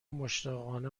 مشتاقانه